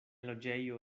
loĝejo